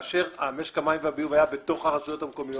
כאשר משק המים והביוב היה בתוך הרשויות המקומיות,